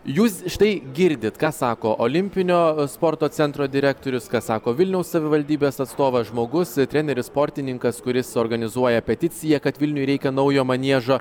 jūs štai girdit ką sako olimpinio sporto centro direktorius ką sako vilniaus savivaldybės atstovas žmogus treneris sportininkas kuris organizuoja peticiją kad vilniui reikia naujo maniežo